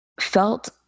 felt